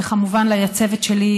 וכמובן לצוות שלי: